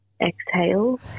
exhale